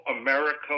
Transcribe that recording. America